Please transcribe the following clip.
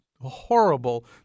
horrible